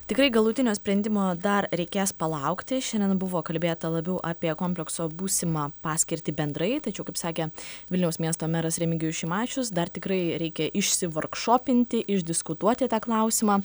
tikrai galutinio sprendimo dar reikės palaukti šiandien buvo kalbėta labiau apie komplekso būsimą paskirtį bendrai tačiau kaip sakė vilniaus miesto meras remigijus šimašius dar tikrai reikia išsivorkšopinti išdiskutuoti tą klausimą